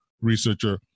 researcher